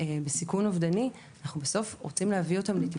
ואנחנו עושים את זה באהבה.